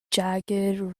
jagged